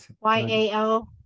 Y-A-O